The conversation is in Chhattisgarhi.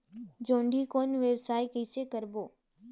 जोणी कौन व्यवसाय कइसे करबो?